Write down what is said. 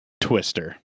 Twister